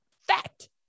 fact